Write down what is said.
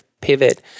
pivot